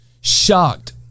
Shocked